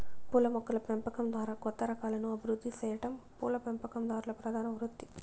పూల మొక్కల పెంపకం ద్వారా కొత్త రకాలను అభివృద్ది సెయ్యటం పూల పెంపకందారుల ప్రధాన వృత్తి